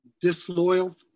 disloyal